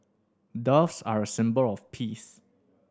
doves are a symbol of peace